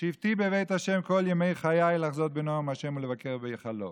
שבתי בבית ה' כל ימי חיי לחזות בנֹעם ה' ולבקר בהיכלו.